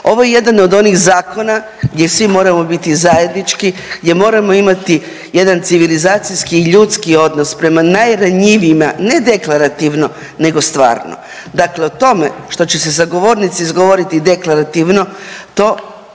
ovo je jedan od onih zakona gdje svi moramo biti zajednički, gdje moramo imati jedan civilizacijski i ljudski odnos prema najranjivijima, ne deklarativno nego stvarno. Dakle, o tome što će se sa govornice izgovoriti deklarativno to